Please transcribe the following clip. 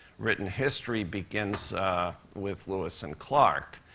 written history begins with lewis and clark.